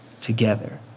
together